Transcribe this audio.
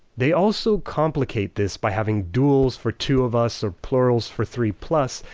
they also complicate this by having duals for two of us or plurals for three plus,